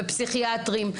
בפסיכיאטרים.